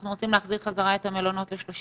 אנחנו רוצים להחזיר חזרה את המלונות ל-35%.